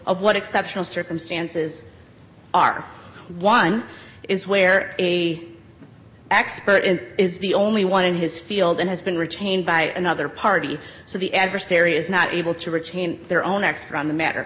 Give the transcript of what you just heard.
of what exceptional circumstances are one is where a expert in is the only one in his field and has been retained by another party so the adversary is not able to retain their own expert on the matter